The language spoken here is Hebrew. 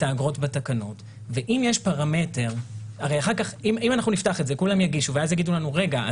האגרות בתקנות ואם אנחנו נפתח את זה כולם יגישו ואז יגידו לנו: רגע,